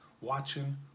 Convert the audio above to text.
watching